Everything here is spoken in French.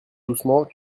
doucement